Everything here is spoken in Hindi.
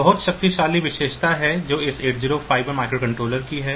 बहुत शक्तिशाली विशेषता है जो इस 8051 माइक्रोकंट्रोलर की है